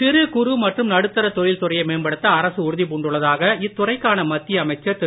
சிறு குறு மற்றும் நடுத்தர தொழில் துறையை மேம்படுத்த அரசு உறுதி பூண்டுள்ளதாக இத்துறைக்கான மத்திய அமைச்சர் திரு